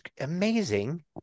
amazing